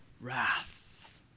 wrath